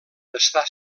està